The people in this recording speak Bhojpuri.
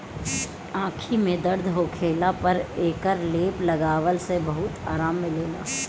आंखी में दर्द होखला पर एकर लेप लगवला से बहुते आराम मिलेला